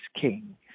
king